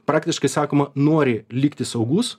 praktiškai sakoma nori likti saugus